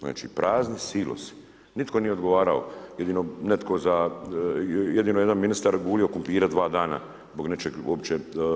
Znači prazni silosi, nitko nije odgovarao, jedino jedan ministar gulio kumpire dva dana zbog nečeg uopće.